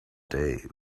day